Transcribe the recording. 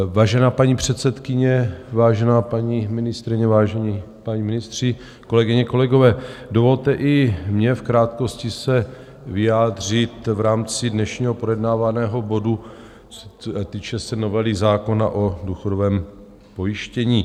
Vážená paní předsedkyně, vážená paní ministryně, vážení páni ministři, kolegyně, kolegové, dovolte i mně v krátkosti se vyjádřit v rámci dnešního projednávaného bodu, co se týče novely zákona o důchodovém pojištění.